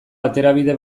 aterabide